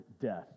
death